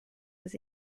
was